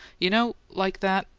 you know, like that,